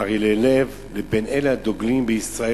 ערלי לב, לבין אלה הדוגלים בישראל